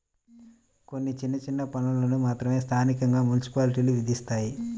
కొన్ని చిన్న చిన్న పన్నులను మాత్రమే స్థానికంగా మున్సిపాలిటీలు విధిస్తాయి